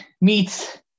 meets